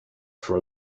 for